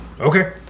Okay